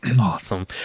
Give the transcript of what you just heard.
awesome